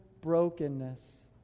brokenness